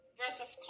versus